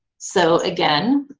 so again,